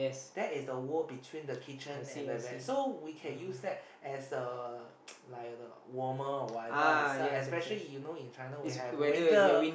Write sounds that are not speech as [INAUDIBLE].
there is a wall between the kitchen and the bed so we can use that as a [NOISE] like the warmer or whatever especially you know in China we have winter